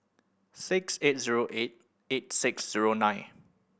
six eight zero eight eight six zero nine